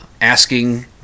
asking